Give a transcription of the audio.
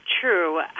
true